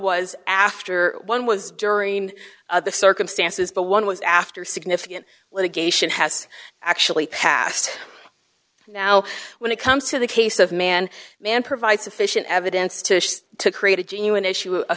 was after one was during the circumstances but one was after significant litigation has actually passed now when it comes to the case of man man provides sufficient evidence to create a genuine issue